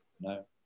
no